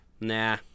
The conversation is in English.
Nah